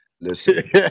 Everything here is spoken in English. Listen